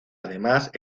además